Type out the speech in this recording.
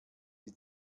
die